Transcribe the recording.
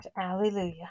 Alleluia